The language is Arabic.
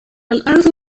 الأرض